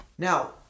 Now